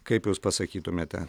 kaip jūs pasakytumėte